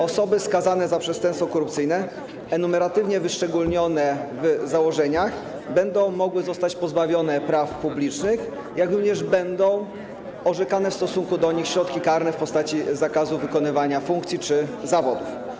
Osoby skazane za przestępstwo korupcyjne enumeratywnie wyszczególnione w założeniach będą mogły zostać pozbawione praw publicznych, jak również będą orzekane w stosunku do nich środki karne w postaci zakazu wykonywania funkcji czy zawodów.